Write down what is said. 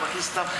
אתה מכניס אותם,